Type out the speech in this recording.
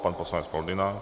Pan poslanec Foldyna.